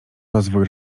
rozwój